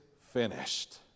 finished